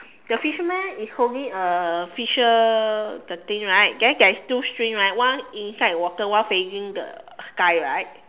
the fisherman is holding a fisher the thing right then there's two string right one inside the water one facing the sky right